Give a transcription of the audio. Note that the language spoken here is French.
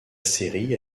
série